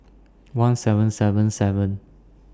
one seven seven seven